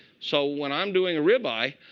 so when i'm doing a ribeye,